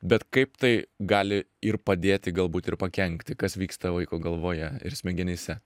bet kaip tai gali ir padėti galbūt ir pakenkti kas vyksta vaiko galvoje ir smegenyse